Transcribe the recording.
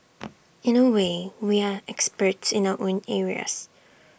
in A way we are experts in our own areas